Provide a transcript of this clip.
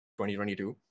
2022